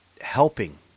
helping